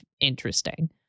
interesting